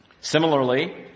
Similarly